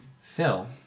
Phil